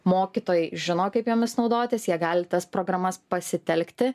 mokytojai žino kaip jomis naudotis jie gali tas programas pasitelkti